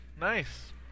Nice